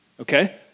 okay